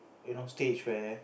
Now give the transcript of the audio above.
you know stage where